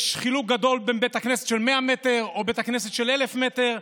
יש הבדל גדול בין בית כנסת של 100 מטר לבית כנסת של 1,000 מטר.